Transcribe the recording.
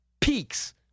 peaks